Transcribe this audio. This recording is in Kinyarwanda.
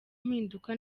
mpinduka